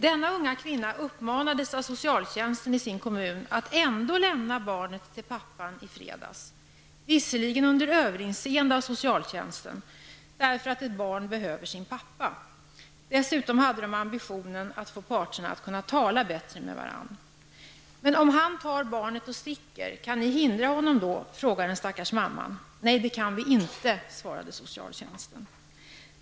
Denna unga kvinna uppmanades av socialtjänsten i sin kommun att ändå lämna barnet till pappan i fredags, visserligen under överinseende av socialtjänsten, därför att ett barn behöver sin pappa. Man hade dessutom den ambitionen att få parterna att kunna tala bättre med varandra. ''Men om han tar barnet och sticker, kan ni hindra honom då?'' frågade den stackars mamman. ''Nej, det kan vi inte'', svarade socialtjänsten.